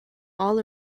all